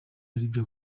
aribyo